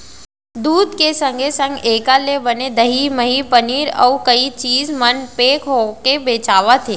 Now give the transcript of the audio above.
दूद के संगे संग एकर ले बने दही, मही, पनीर, अउ कई चीज मन पेक होके बेचावत हें